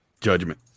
Judgment